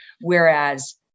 Whereas